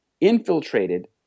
infiltrated